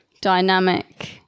dynamic